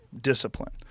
discipline